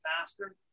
faster